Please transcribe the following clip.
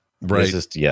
Right